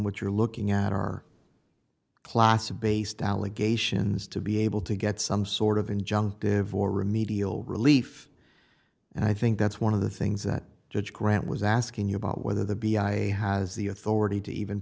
what you're looking at are class abased allegations to be able to get some sort of injunctive or remedial relief and i think that's one of the things that judge grant was asking you about whether the b i has the authority to even